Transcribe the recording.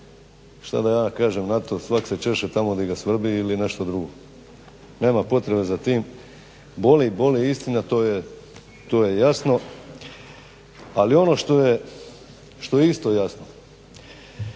Što da ja kažem na to, svak se češe tamo gdje ga svrbi ili nešto drugo? Nema potrebe za tim. Boli, boli istina to je jasno. Ali ono što je isto jasno,